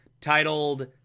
titled